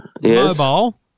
mobile